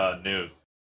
News